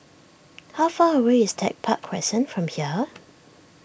how far away is Tech Park Crescent from here